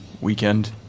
weekend